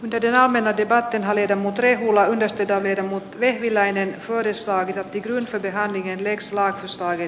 idea menettivät tenho ja muut rehula nosti toiveita mutta vehviläinen tuodessaan lisätehoa ja vekslaa tai